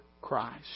Christ